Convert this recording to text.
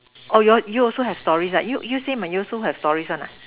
oh your you also have stories ah you you same ah you also have stories one ah